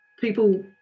people